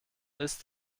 ist